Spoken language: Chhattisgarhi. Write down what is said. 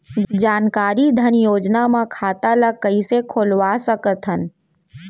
जानकारी धन योजना म खाता ल कइसे खोलवा सकथन?